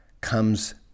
comes